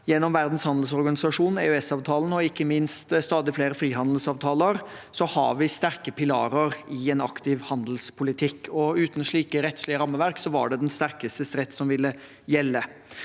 Gjennom Verdens handelsorganisasjon, EØS-avtalen og ikke minst stadig flere frihandelsavtaler har vi sterke pilarer i en aktiv handelspolitikk. Uten slike rettslige rammeverk var det den sterkestes rett som ville gjelde.